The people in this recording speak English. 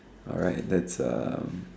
alright that's um